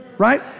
Right